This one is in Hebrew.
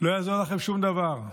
לא יעזור לכם שום דבר,